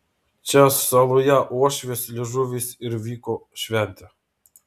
čia saloje uošvės liežuvis ir vyko šventė